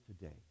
today